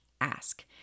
ask